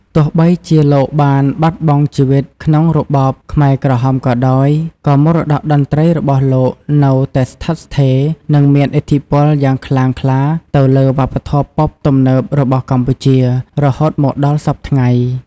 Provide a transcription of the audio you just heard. ទោះបីជាលោកបានបាត់បង់ជីវិតក្នុងរបបខ្មែរក្រហមក៏ដោយ ក៏មរតកតន្ត្រីរបស់លោកនៅតែស្ថិតស្ថេរ និងមានឥទ្ធិពលយ៉ាងខ្លាំងក្លាទៅលើវប្បធម៌ប៉ុបទំនើបរបស់កម្ពុជា រហូតមកដល់សព្វថ្ងៃ ។